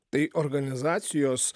tai organizacijos